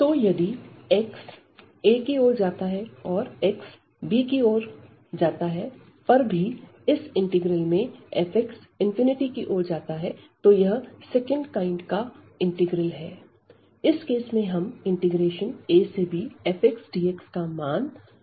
तो यदि x→a और x→b पर भी इस इंटीग्रल में f→∞ तो यह सेकंड काइंड का इंटीग्रल है